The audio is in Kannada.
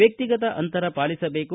ವ್ಯಕ್ತಿಗತ ಅಂತರ ಪಾಲಿಸಬೇಕು